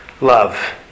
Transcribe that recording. love